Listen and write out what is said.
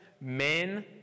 Men